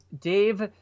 Dave